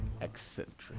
eccentric